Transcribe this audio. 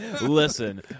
Listen